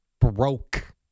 broke